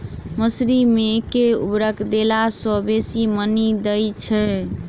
मसूरी मे केँ उर्वरक देला सऽ बेसी मॉनी दइ छै?